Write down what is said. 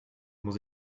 muss